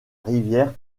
rivière